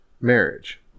marriage